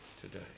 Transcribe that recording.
today